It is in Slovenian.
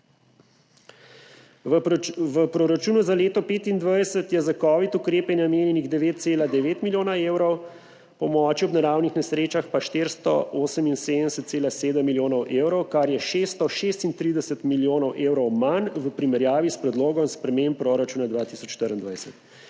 V proračunu za leto 2025 je za covidne ukrepe namenjenih 9,9 milijona evrov, pomoči ob naravnih nesrečah pa 478,7 milijona evrov, kar je 636 milijonov evrov manj v primerjavi s predlogom sprememb proračuna 2024.